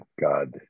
god